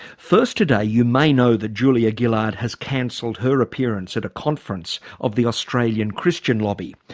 first today, you may know that julia gillard has cancelled her appearance at a conference of the australian christian lobby.